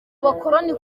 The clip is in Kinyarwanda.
abakoloni